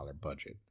budget